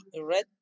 red